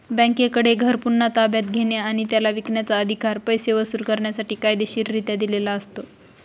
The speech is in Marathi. बँकेकडे घर पुन्हा ताब्यात घेणे आणि त्याला विकण्याचा, अधिकार पैसे वसूल करण्यासाठी कायदेशीररित्या दिलेला असतो